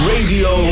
Radio